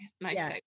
Nice